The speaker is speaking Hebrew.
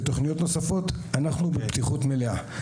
ותוכניות נוספות אנחנו בפתיחות מלאה.